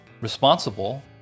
responsible